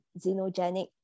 xenogenic